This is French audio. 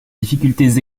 difficultés